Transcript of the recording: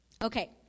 Okay